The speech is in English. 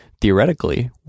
theoretically